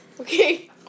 Okay